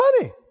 money